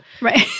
Right